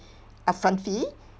upfront fee